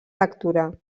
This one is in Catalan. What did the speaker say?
lectura